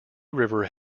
river